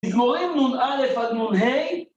כשקוראים נ"א עד נ"ה